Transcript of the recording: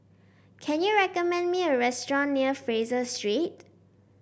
can you recommend me a restaurant near Fraser Street